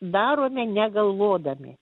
darome negalvodami